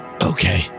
Okay